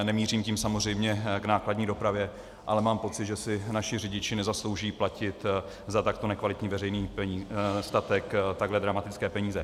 Nemířím tím samozřejmě k nákladní dopravě, ale mám pocit, že si naši řidiči nezaslouží platit za takto nekvalitní veřejný statek takhle dramatické peníze.